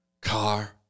car